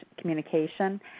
communication